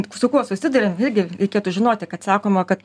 su kuo susiduriam irgi reikėtų žinoti kad sakoma kad